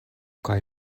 kaj